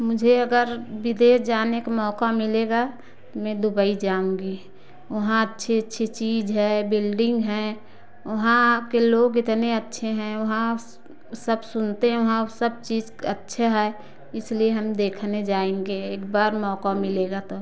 मुझे अगर विदेश जाने का मौका मिलेगा मैं दुबई जाऊँगी वहाँ अच्छे अच्छे चीज़ है बिल्डिंग है वहाँ के लोग इतने अच्छे हैं वहाँ सब सुनते हैं वहाँ सब चीज़ अच्छे हैं इसलिए हम देखने जाएँगे एक बार मौका मिलेगा तो